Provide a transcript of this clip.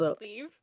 leave